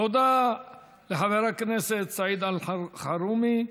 תודה לחבר הכנסת סעיד אלחרומי.